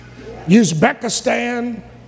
Uzbekistan